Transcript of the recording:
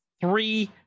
three